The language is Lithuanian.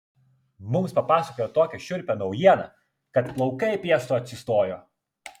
mums papasakojo tokią šiurpią naujieną kad plaukai piestu atsistojo